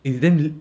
it's damn lit~